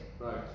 Right